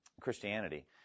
Christianity